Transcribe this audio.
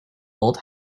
old